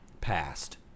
passed